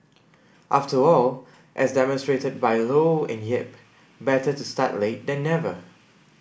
after all as demonstrated by Low and Yip better to start late then never